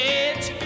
edge